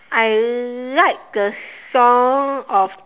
I like the song of